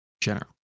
general